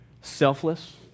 selfless